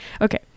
okay